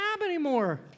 anymore